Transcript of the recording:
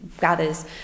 gathers